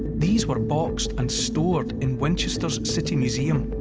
these were boxed and stored in winchester's city museum.